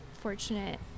fortunate